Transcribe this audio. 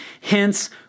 hence